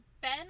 Ben